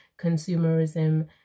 consumerism